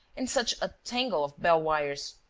and such a tangle of bell-wires!